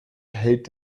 hält